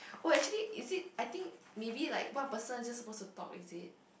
oh actually you see I think maybe like one person just suppose to talk is it